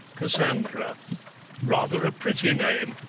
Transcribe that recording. cassandra rather a pretty name.